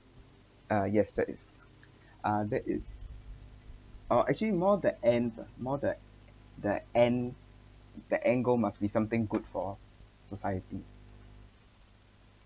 uh yes that is uh that is or actually more the ends ah more the the end the end goal must be something good for society